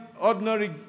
ordinary